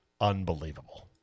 unbelievable